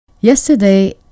Yesterday